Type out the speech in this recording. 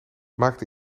maakte